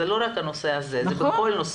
זה לא רק הנושא הזה, זה בכל נושא.